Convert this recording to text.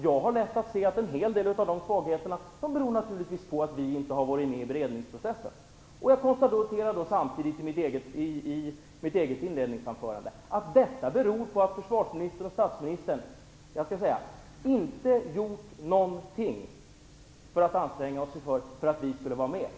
Jag har lätt att se att en hel del av de svagheterna beror på att vi inte har varit med i beredningsprocessen. Jag konstaterade samtidigt i mitt inledningsanförande att detta beror på att försvarsministern och statsministern inte har gjort någonting för att anstränga sig för att vi skulle vara med.